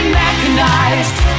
mechanized